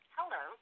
Hello